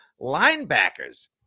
linebackers